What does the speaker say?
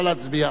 נא להצביע.